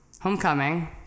homecoming